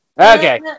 Okay